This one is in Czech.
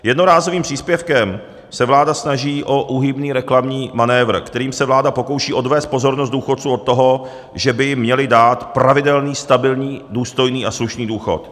Jednorázovým příspěvkem se vláda snaží o úhybný reklamní manévr, kterým se vláda pokouší odvést pozornost důchodců od toho, že by jim měli dát pravidelný, stabilní, důstojný a slušný důchod.